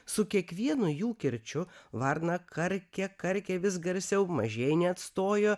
su kiekvienu jų kirčiu varna karkė karkė vis garsiau mažieji neatstojo